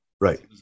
Right